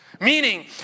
Meaning